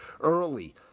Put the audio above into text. early